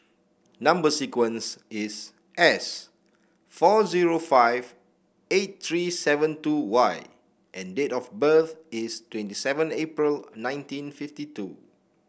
number sequence is S four zero five eight three seven two Y and date of birth is twenty seven April nineteen fifty two